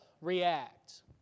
react